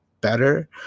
better